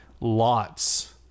lots